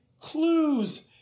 clues